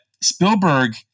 spielberg